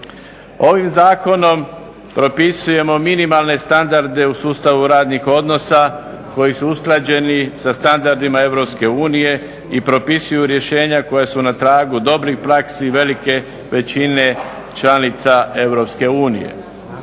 Ovim zakonom propisujemo minimalne standarde u sustavu radnih odnosa koji su usklađeni sa standardima EU i propisuju rješenja koja su na tragu dobrih praksi i velike većine članica EU.